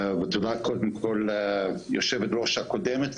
תודה קודם כל ליושבת-ראש הקודמת,